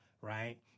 right